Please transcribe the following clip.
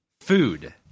Food